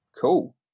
cool